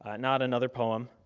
ah not another poem,